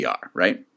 right